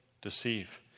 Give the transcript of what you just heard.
deceive